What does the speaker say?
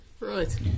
Right